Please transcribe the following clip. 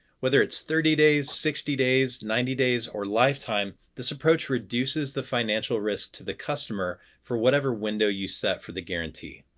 whether it's thirty days, sixty days, ninety days, or lifetime, this approach reduces the financial risk to the customer for whatever window you set for the guarantee.